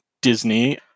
disney